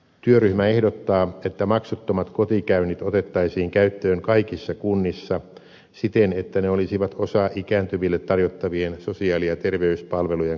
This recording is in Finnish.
työryhmä ehdottaa että maksuttomat kotikäynnit otettaisiin käyttöön kaikissa kunnissa siten että ne olisivat osa ikääntyville tarjottavien sosiaali ja terveyspalvelujen kokonaisuutta